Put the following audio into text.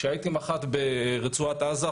כשהייתי מח"ט ברצועת עזה,